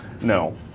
No